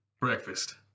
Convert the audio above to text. Breakfast